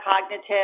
cognitive